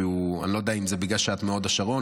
אני לא יודע אם זה בגלל שאת מהוד השרון